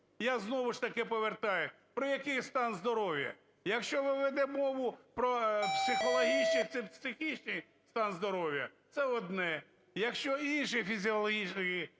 Я знову ж таки повертаюсь: про який стан здоров'я? Якщо ви ведете мову про психологічний чи психічний стан здоров'я, це одне, якщо інші фізіологічні